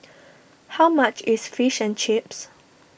how much is Fish and Chips